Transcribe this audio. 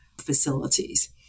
facilities